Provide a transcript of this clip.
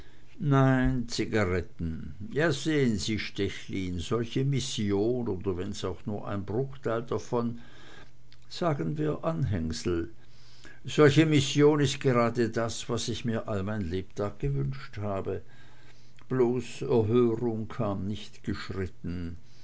nein zigaretten ja sehen sie stechlin solche mission oder wenn auch nur ein bruchteil davon sagen wir anhängsel solche mission ist gerade das was ich mir all mein lebtag gewünscht habe bloß erhörung kam nicht geschritten